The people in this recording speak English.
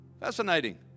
Fascinating